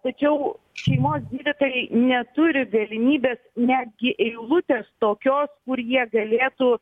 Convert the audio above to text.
tačiau šeimos gydytojai neturi galimybės netgi eilutės tokios kur jie galėtų